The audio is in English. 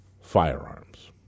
firearms